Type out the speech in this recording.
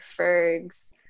Ferg's